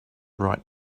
right